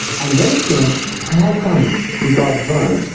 and then it came, how come she got burns?